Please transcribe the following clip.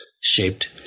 shaped